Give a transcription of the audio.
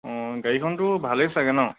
অঁ গাড়ীখনতো ভালেই চাগে ন